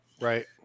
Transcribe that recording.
right